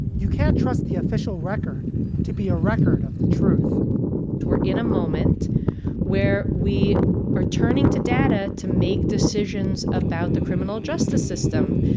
you can't trust the official record to be a record of the truth we're in a moment where we are turning to data to make decisions about the criminal justice system.